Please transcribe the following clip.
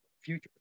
future